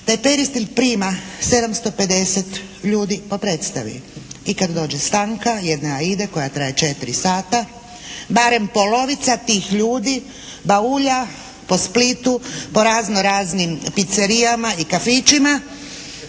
Taj Peristil prima 750 ljudi po predstavi i kad dođe stanka jedne Aide koja traje četiri sata barem polovica tih ljudi baulja po Splitu po razno raznim picerijama i kafićima